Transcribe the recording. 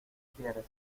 quieres